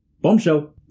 bombshell